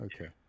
Okay